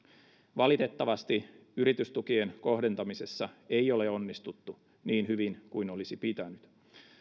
valitettavasti yritystukien kohdentamisessa ei ole onnistuttu niin hyvin kuin olisi pitänyt